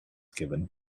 given